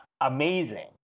amazing